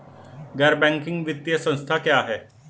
गैर बैंकिंग वित्तीय संस्था क्या है?